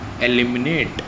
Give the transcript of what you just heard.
eliminate